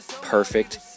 Perfect